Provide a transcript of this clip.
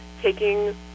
taking